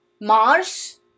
Mars